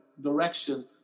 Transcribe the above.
direction